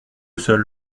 seul